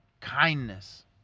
kindness